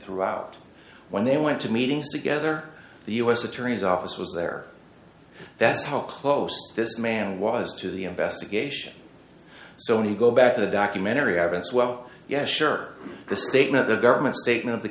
throughout when they went to meetings together the u s attorney's office was there that's how close this man was to the investigation so we go back to the documentary evidence well yeah sure the statement the government statement of the